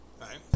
right